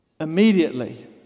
Immediately